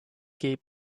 gave